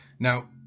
Now